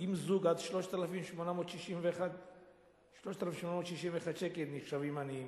זוג, עד 3,861 שקל, נחשבים עניים.